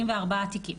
44 תיקים,